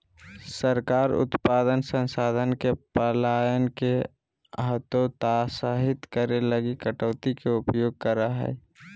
सरकार उत्पादक संसाधन के पलायन के हतोत्साहित करे लगी कटौती के उपयोग करा हइ